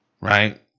right